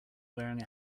wearing